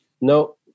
no